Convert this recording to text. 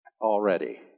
already